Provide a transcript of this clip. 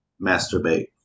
masturbate